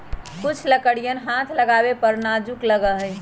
कुछ लकड़ियन हाथ लगावे पर बहुत नाजुक लगा हई